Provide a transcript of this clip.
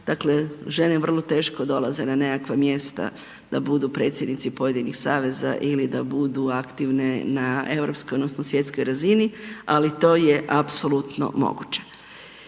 dakle, žene vrlo teško dolaze na nekakva mjesta da budu predsjednici pojedinih saveza ili da budu aktivne na europskoj odnosno svjetskoj razini, ali to je apsolutno moguće.